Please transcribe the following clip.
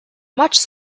much